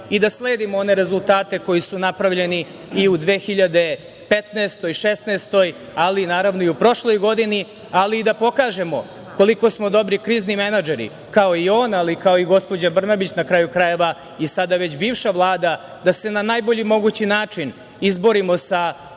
i da sledimo one rezultate koji su napravljeni i u 2015, 2016. godini, ali i u prošloj godini, ali i da pokažemo koliko smo dobri krizni menadžeri, kao i on, ali kao i gospođa Brnabić, na kraju krajeva i sada već bivša Vlada da se na najbolji mogući način izborimo sa